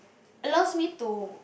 it allows me to